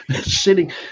sitting